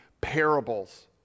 parables